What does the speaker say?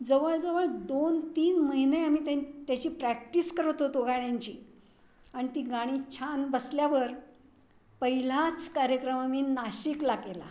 जवळजवळ दोनतीन महिने आम्ही त्यां त्याची प्रॅक्टिस करत होतो गाण्यांची आणि ती गाणी छान बसल्यावर पहिलाच कार्यक्रम आम्ही नाशिकला केला